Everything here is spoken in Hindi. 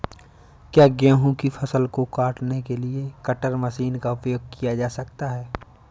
क्या गेहूँ की फसल को काटने के लिए कटर मशीन का उपयोग किया जा सकता है?